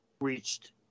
reached